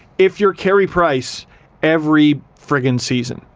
if you're carey price every friggin season.